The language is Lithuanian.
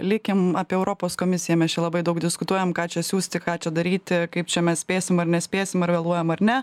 likim apie europos komisiją mes čia labai daug diskutuojam ką čia siųsti ką čia daryti kaip čia mes spėsim ar nespėsim ar vėluojam ar ne